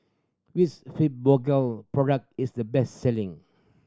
which Fibogel product is the best selling